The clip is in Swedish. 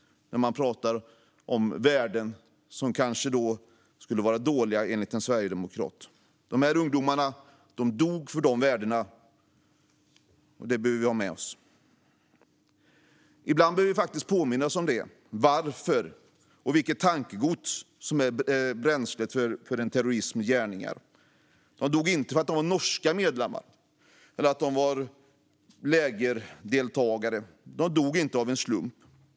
Detta är värden som kanske skulle vara dåliga enligt en sverigedemokrat. De här ungdomarna dog för dessa värden, och det behöver vi ha med oss. Ibland behöver vi faktiskt påminna oss om varför och om vilket tankegods som är bränslet för en terrorists gärningar. Dessa ungdomar dog inte för att de var norska medborgare eller för att de var lägerdeltagare. De dog inte av en slump.